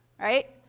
right